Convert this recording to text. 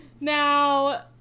Now